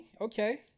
Okay